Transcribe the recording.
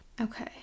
Okay